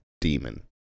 demon